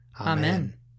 Amen